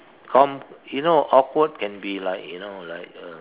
come you know awkward can be like you know like uh